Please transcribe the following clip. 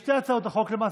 שתי הצעות החוק,